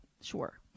sure